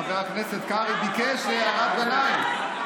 חבר הכנסת קרעי ביקש הערת ביניים.